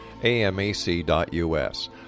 amac.us